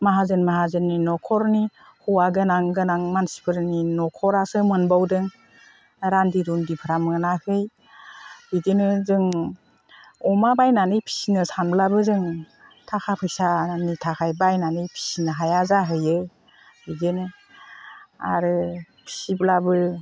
माहाजोन माहाजोननि न'खरनि हौवा गोनां गोनां मानसिफोरनि न'खरासो मोनबावदों रान्दि रुन्दिफ्रा मोनाखै बिदिनो जों अमा बायनानै फिसिनो सानब्लाबो जों थाखा फैसानि थाखाय बायनानै फिसिनो हाया जाहैयो बिदिनो आरो फिसिब्लाबो